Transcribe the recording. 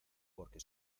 porque